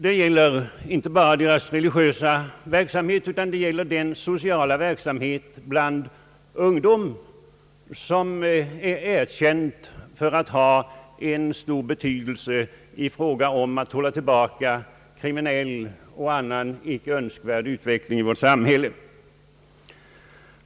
Detta gäller inte bara samfundens religiösa verksamhet utan även deras sociala verksamhet bland ungdom, en verksamhet som är erkänd att ha en stor betydelse när det gäller att hålla tillbaka kriminell och annan inte önskvärd utveckling i vårt samhälle.